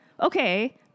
okay